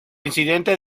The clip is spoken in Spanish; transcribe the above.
incidente